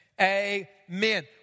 Amen